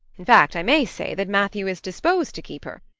in fact i may say that matthew is disposed to keep her.